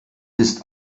ist